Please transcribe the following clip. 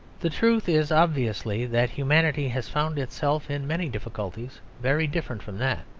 the truth is obviously that humanity has found itself in many difficulties very different from that.